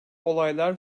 olaylar